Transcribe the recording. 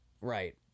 Right